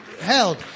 held